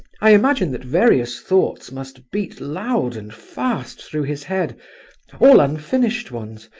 i imagine that various thoughts must beat loud and fast through his head all unfinished ones,